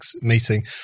meeting